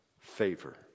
favor